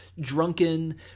drunken